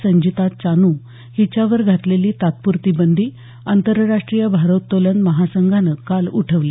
संजिता चानू हिच्यावर घातलेली तात्प्रती बंदी आंतरराष्ट्रीय भारोत्तोलन महासंघानं काल उठवली